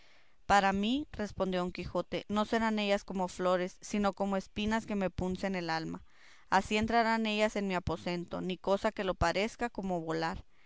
para mí respondió don quijote no serán ellas como flores sino como espinas que me puncen el alma así entrarán ellas en mi aposento ni cosa que lo parezca como volar